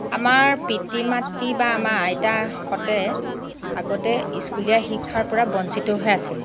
আমাৰ পিতৃ মাতৃ বা আমাৰ আইতাহঁতে আগতে স্কুলীয়া শিক্ষাৰ পৰা বঞ্চিত হৈ আছিল